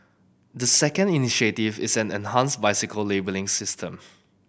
the second initiative is an enhanced bicycle labelling system